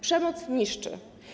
Przemoc niszczy.